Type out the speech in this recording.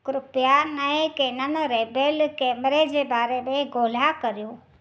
कृपा नए Canon Rebel केमरे जे बारे में ॻोल्हा कयो